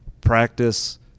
practice